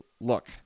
look